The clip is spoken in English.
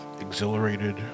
exhilarated